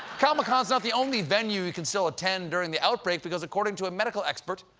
comicon's not the only venue you can still attend during the outbreak, because according to a medical expert,